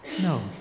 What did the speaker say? No